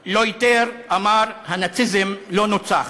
הפילוסוף הצרפתי ז'אן ליוטר אמר: "הנאציזם לא נוצח,